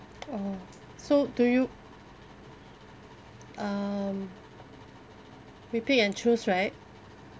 oh so do you um we pick and choose right